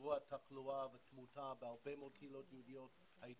שיעור התחלואה והתמותה בהרבה מאוד קהילות יהודיות היו